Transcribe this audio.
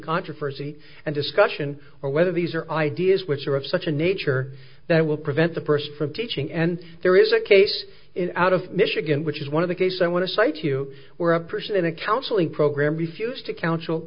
controversy and discussion or whether these are ideas which are of such a nature that will prevent the person from teaching and there is a case out of michigan which is one of the case i want to cite you where a person in a counseling program refused to counsel